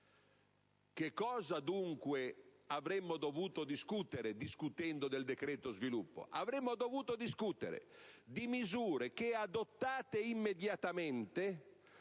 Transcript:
Di cosa avremmo dovuto discutere, quindi, affrontando il decreto sviluppo? Avremmo dovuto discutere di misure che, adottate immediatamente,